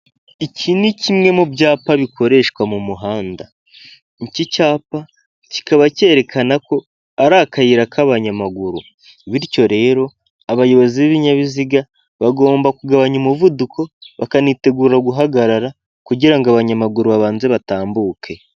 Iki ni kimwe mu byapa bikoreshwa mu muhanda, iki cyapa kikaba cyerekana ko ari akayira k'abanyamaguru bityo rero abayobozi b'ibinyabiziga bagomba kugabanya umuvuduko bakanitegura guhagarara kugira ngo abanyamaguru babanze batambuke.